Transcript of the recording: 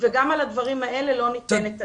וגם על הדברים האלה לא ניתנת הדעת.